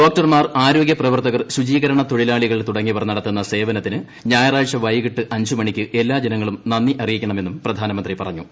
ഡോക്ടർമാർ ആരോഗ്യപ്രവർത്തകർ ശുചീകരണ തൊഴിലാളികൾ തുടങ്ങിയവർ നടത്തുന്ന സേവന്തിന് ഞായറാഴ്ച വൈകിട്ട് അഞ്ച് മണിക്ക് എല്ലാ ജനങ്ങളും നന്ദി അറിയിക്കണമെന്നും പ്രധാനമന്ത്രി പറഞ്ഞു